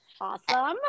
Awesome